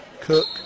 Cook